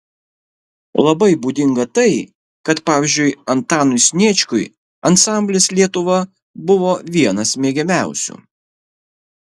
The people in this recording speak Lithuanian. labai būdinga tai kad pavyzdžiui antanui sniečkui ansamblis lietuva buvo vienas mėgiamiausių